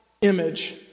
image